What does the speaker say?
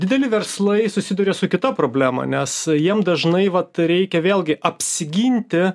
dideli verslai susiduria su kita problema nes jiem dažnai vat reikia vėlgi apsiginti